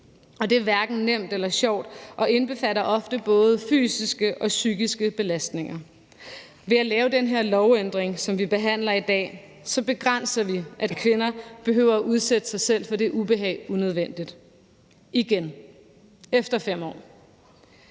det er hverken nemt eller sjovt og indbefatter ofte både fysiske og psykiske belastninger. Ved at lave den her lovændring, som vi behandler i dag, begrænser vi dét, at kvinder behøver at udsætte sig selv for det ubehag unødvendigt igen efter 5 år.